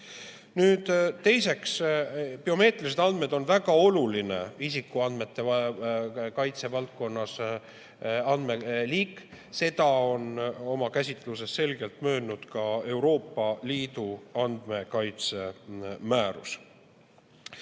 Nüüd, teiseks, biomeetrilised andmed on väga oluline andmeliik isikuandmete kaitse valdkonnas. Seda on oma käsitluses selgelt möönnud ka Euroopa Liidu andmekaitsemäärus.